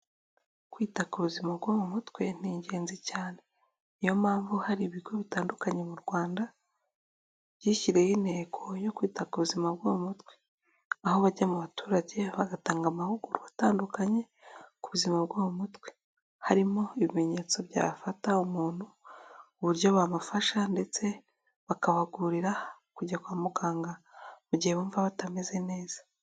Kwita ku buzima bwo mu mutwe ni ingenzi cyane. Niyo mpamvu hari ibigo bitandukanye mu rwanda byishyiriyeho intego yo kwita ku buzima bwo mu mutwe. Aho bajya mu baturage bagatanga amahugurwa atandukanye ku buzima bw bwo mu mutwe, harimo ibimenyetso byafata umuntu, uburyo bamufasha ndetse bakabahugurira kujya kwa muganga mu gihe bumva batameze neza.